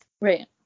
Right